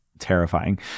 Terrifying